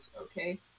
Okay